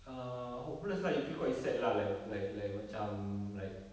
err hopeless lah you feel quite sad lah like like like macam like